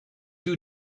you